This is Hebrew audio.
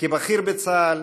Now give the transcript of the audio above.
כבכיר בצה"ל,